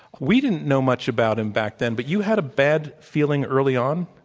we didn't know much about him back then. but you had a bad feeling early on?